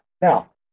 Now